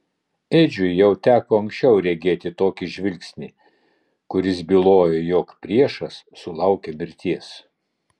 edžiui jau teko anksčiau regėti tokį žvilgsnį kuris bylojo jog priešas sulaukė mirties